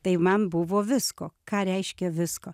tai man buvo visko ką reiškia visko